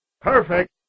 Perfect